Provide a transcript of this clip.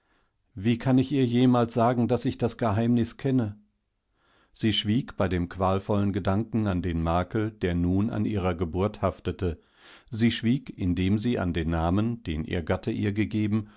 dienerin von welcherichgehorsamerwartete nochfurchtbareristes zufühlen daßichselbstjetzt nichtansiedenkenkann wieeinkindanseinemutterdenkensoll wiekannichihr jemalssagen daßichdasgeheimniskenne sie schwieg bei dem qualvollen gedanken an den makel der nun an ihrer geburt haftete sie schwieg indem sie an den namen den ihr gatte ihr gegeben